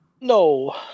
No